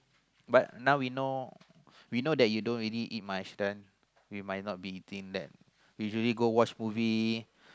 but now we know we know that you don't really eat much one we might not be eating then usually go watch movie